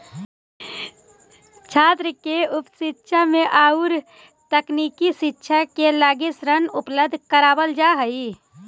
छात्रों के उच्च शिक्षा औउर तकनीकी शिक्षा के लगी ऋण उपलब्ध करावल जाऽ हई